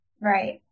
Right